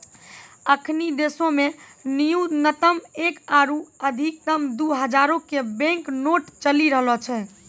अखनि देशो मे न्यूनतम एक आरु अधिकतम दु हजारो के बैंक नोट चलि रहलो छै